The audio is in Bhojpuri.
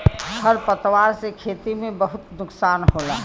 खर पतवार से खेती में बहुत नुकसान होला